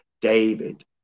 David